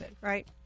right